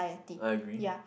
I agree